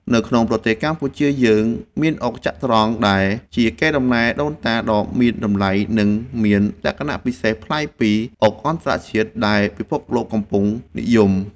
នៅក្នុងប្រទេសកម្ពុជាយើងមានអុកចត្រង្គដែលជាកេរដំណែលដូនតាដ៏មានតម្លៃនិងមានលក្ខណៈពិសេសប្លែកពីអុកអន្តរជាតិដែលពិភពលោកកំពុងនិយម។